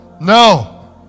No